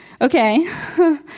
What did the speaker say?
Okay